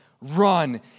run